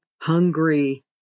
hungry